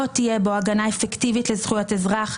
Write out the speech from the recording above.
תהיה בו הגנה אפקטיבית לזכויות אזרח,